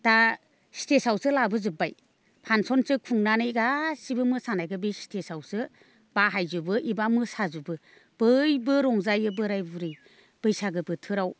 दा स्टेजआवसो लाबो जोबबाय फांस'नसो खुंनानै गासैबो मोसानायखौ बे स्टेजआवसो बाहायजोबो एबा मोसाजोबो बयबो रंजायो बोराइ बुरै बैसागु बोथोराव